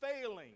failing